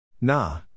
Nah